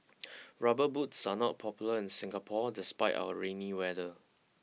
rubber boots are not popular in Singapore despite our rainy weather